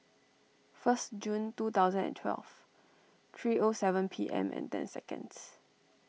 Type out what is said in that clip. first June two thousand and twelve three O seven P M and ten seconds